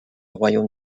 royaume